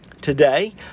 Today